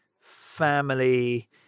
family